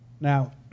Now